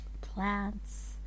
plants